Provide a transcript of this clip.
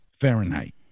Fahrenheit